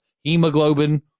Hemoglobin